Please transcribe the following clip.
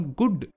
good